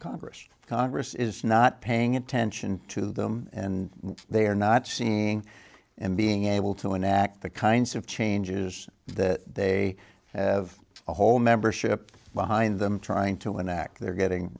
congress congress is not paying attention to them and they are not seeing and being able to enact the kinds of changes that they have a whole membership behind them trying to enact they're getting